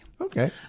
okay